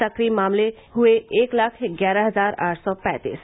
सक्रिय मामले हुए एक लाख ग्यारह हजार आठ सौ पैंतीस